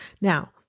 Now